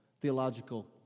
Theological